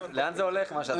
לאן זה הולך מה שאתה בא לומר?